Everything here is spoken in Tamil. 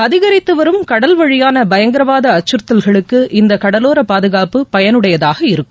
அதிகரித்து வரும் கடல்வழியாள பயங்கராவாத அச்சுறத்தலுக்கு இந்த கடலோர பாதுகாப்பு பயனுடையதாக இருக்கும்